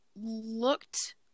looked